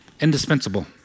indispensable